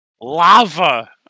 Lava